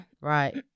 Right